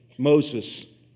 Moses